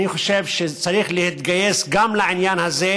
אני חושב שצריך להתגייס גם לעניין הזה,